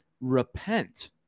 repent